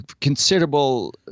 considerable